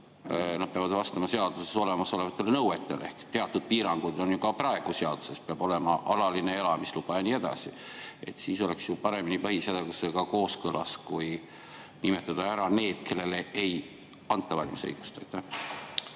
nad peavad vastama seaduses olemasolevatele nõuetele. Ehk teatud piirangud on ju ka praegu seaduses, peab olema alaline elamisluba ja nii edasi. Siis oleks see ju paremini põhiseadusega kooskõlas, kui nimetada ära need, kellele ei anta valimisõigust.